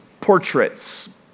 Portraits